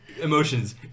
emotions